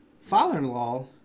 father-in-law